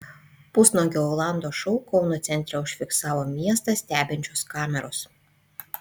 pusnuogio olando šou kauno centre užfiksavo miestą stebinčios kameros